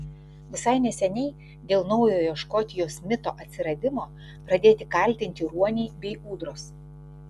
visai neseniai dėl naujojo škotijos mito atsiradimo pradėti kaltinti ruoniai bei ūdros